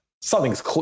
something's